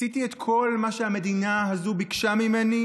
עשיתי את כל מה שהמדינה הזאת ביקשה ממני,